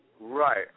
Right